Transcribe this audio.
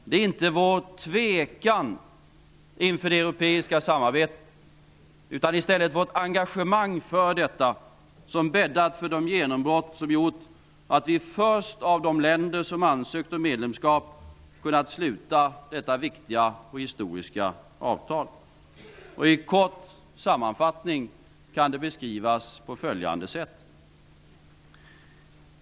Det är inte vår tvekan inför det europeiska samarbetet, utan i stället vårt engagemang för detta, som bäddat för de genombrott som gjort att vi först av de länder som ansökt om medlemskap kunnat sluta detta viktiga och historiska avtal. I en kort sammanfattning kan det beskrivas på följande sätt.